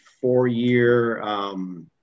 four-year